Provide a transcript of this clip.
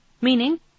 Meaning